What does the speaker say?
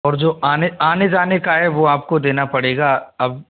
और जो आने आने जाने का है वो आपको देना पड़ेगा अब